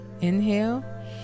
Inhale